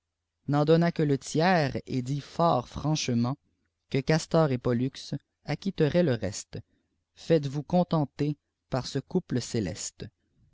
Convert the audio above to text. n'en ûonna que le tiers et dit fort franchement que castor et pollux acquitteraient le reste faites-vous contenter par ce couple céleste